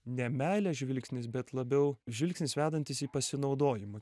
ne meilės žvilgsnis bet labiau žvilgsnis vedantis į pasinaudojimą